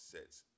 Sets